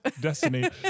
Destiny